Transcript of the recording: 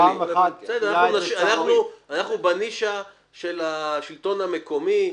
אנחנו בנישה של השלטון המקומי,